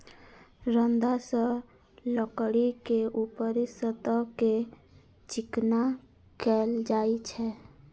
रंदा सं लकड़ी के ऊपरी सतह कें चिकना कैल जाइ छै